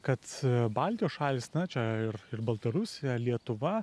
kad baltijos šalys na čia ir ir baltarusija lietuva